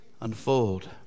unfold